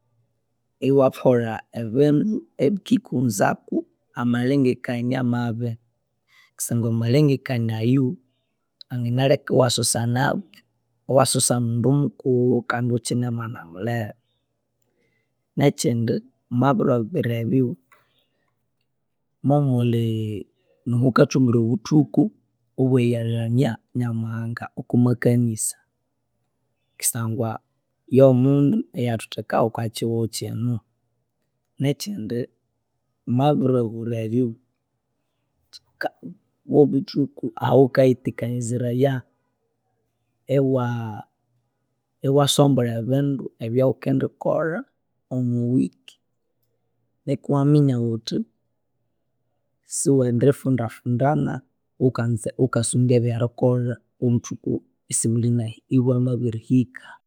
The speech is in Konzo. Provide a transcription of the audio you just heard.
Iwakolha ebindu ebikikuwunzako amalhengekania mabi kusangwa amalingekania ayu anganaleka iwasosa nabi. Iwasosa omundu mukulhu, imukyine mwana mulhere, nekyindi omwabiro bibiri ebyo momulhi nimukathungira obuthuku obweriyalhamia Nyamuhanga okomakanisa kusangwa omundu oyowathuthekaho okwekyihugho kyino. Nekyindi omwabiro bibiri ebyo kyika bobuthuku ahawukayithakaniziraya iwasombolha ebindu ebyawukindi kolha owa wiki nikwa yiwamiya wuthi siwendi funda fundana wukanza wukasondya ebyerikolha obuthuku esibulhinahi ibwamabihika